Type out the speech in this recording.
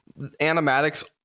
animatics